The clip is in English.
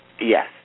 Yes